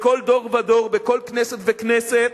בכל דור ודור, בכל כנסת וכנסת,